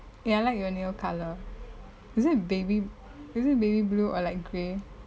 eh I like your nail colour is it baby is it baby blue or light grey